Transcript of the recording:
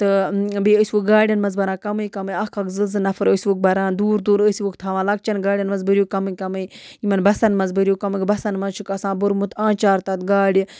تہٕ بیٚیہِ ٲسوُکھ گاڑٮ۪ن منٛز بَران کَمٕے کَمٕے اَکھ اَکھ زٕ زٕ نَفَر ٲسۍ وُکھ بَران دوٗر دوٗر ٲسوُکھ تھاوان لَکچَن گاڑٮ۪ن منٛز بٔرِو کَمٕے کَمٕے یِمَن بَسَن مَنٛز بٔرِو کَمٕے بَسَن منٛز چھُکھ آسان بوٚرمُت آچار تَتھ گاڑِ